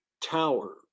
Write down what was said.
Tower